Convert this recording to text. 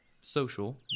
social